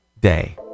day